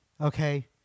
Okay